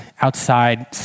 outside